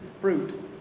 fruit